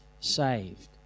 saved